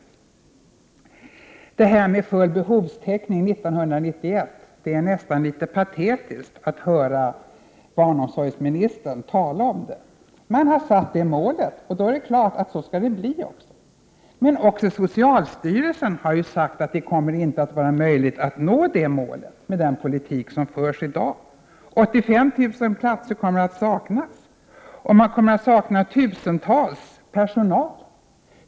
Det är nästan litet patetiskt att höra barnomsorgsministern tala om full behovstäckning 1991. Man har satt upp det målet, och då är det klart att det skall bli så. Men också socialstyrelsen har sagt att det inte kommer att vara möjligt att nå det målet med den politik som förs i dag. 85 000 platser kommer att saknas, och tusentals kommer att saknas bland personalen.